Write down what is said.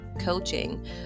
Coaching